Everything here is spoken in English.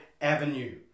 Avenue